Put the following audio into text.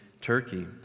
Turkey